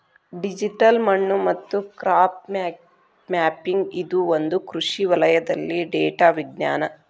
digital ಮಣ್ಣು ಮತ್ತು crop mapping ಇದು ಒಂದು ಕೃಷಿ ವಲಯದಲ್ಲಿ ಡೇಟಾ ವಿಜ್ಞಾನ